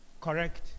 Correct